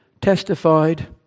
testified